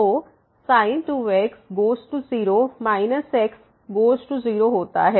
तो sin 2xगोज़ to 0 minus xगोज़ टू 0 होता है